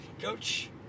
coach